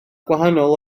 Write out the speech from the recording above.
gwahanol